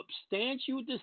substantial